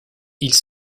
ils